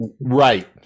Right